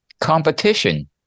competition